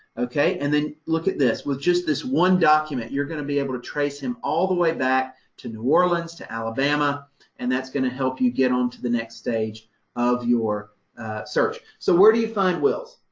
ok, and then look at this. with just this one document, you're going to be able to trace him all the way back to new orleans, to alabama and that's going to help you get onto the next stage of your search. so where do you find wills?